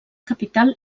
capital